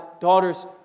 daughters